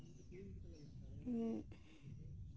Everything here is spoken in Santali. ᱩᱸᱜ